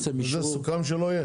וזה סוכם שלא יהיה?